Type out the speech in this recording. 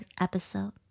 episode